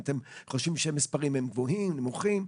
אם אתם חושבים שהמספרים גבוהים או נמוכים.